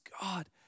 God